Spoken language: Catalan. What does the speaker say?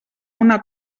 una